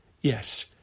Yes